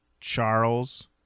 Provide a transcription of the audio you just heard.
Charles